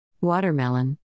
watermelon